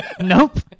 Nope